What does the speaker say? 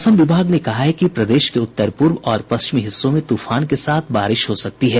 मौसम विभाग केन्द्र पटना के अनुसार प्रदेश के उत्तर पूर्व और पश्चिमी हिस्सों में तूफान के साथ बारिश हो सकती है